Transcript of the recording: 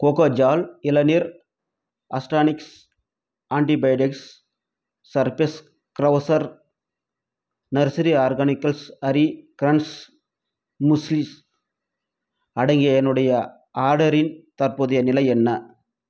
கோகோஜல் இளநீர் அஸ்டானிக்ஷ் antibiotics surface க்ரௌஸ்சர் நர்ஸரி ஆர்கானிக்கல்ஸ் ஹரி கிரன்ச் முஸ்லிஸ் அடங்கிய என்னுடைய ஆர்டரின் தற்போதைய நிலை என்ன